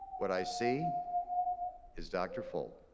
what i see is dr. folt.